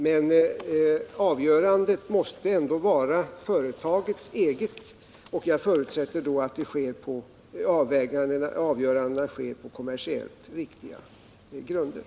Men avgörandet måste ändå vara företagets eget, och jag förutsätter att avvägningarna sker på kommersiellt riktiga grunder.